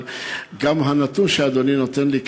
אבל גם הנתון שאדוני נותן לי כאן,